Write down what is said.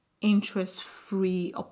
interest-free